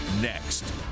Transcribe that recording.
Next